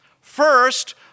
first